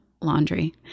laundry